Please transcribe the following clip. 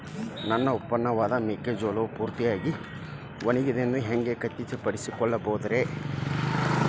ನನ್ನ ಉತ್ಪನ್ನವಾದ ಮೆಕ್ಕೆಜೋಳವು ಪೂರ್ತಿಯಾಗಿ ಒಣಗಿದೆ ಎಂದು ಹ್ಯಾಂಗ ಖಚಿತ ಪಡಿಸಿಕೊಳ್ಳಬಹುದರೇ?